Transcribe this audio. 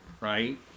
right